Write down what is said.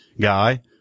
guy